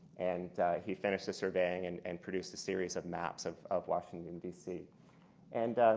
and he finished the surveying and and produced a series of maps of of washington, d c. and